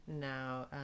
now